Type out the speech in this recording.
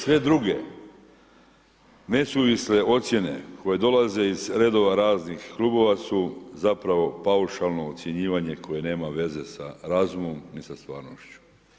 Sve druge nesuvisle ocjene koje dolaze iz redova raznih klubova su zapravo paušalno ocjenjivanje koje nema veze sa razumom ni sa stvarnošću.